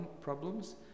problems